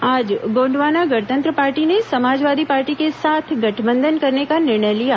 आज गोंडवाना गणतंत्र पार्टी ने समाजवादी पार्टी के साथ गठबंधन करने का निर्णय लिया